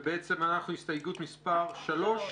הסתייגות מס' 3,